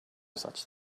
such